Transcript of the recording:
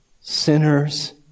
sinners